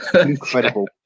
Incredible